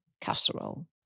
casserole